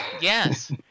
Yes